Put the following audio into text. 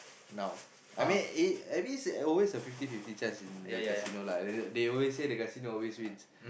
now I mean I mean is always a fifty fifty chance in the casino lah they always say the casino always wins